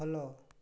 follow